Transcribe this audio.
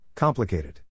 Complicated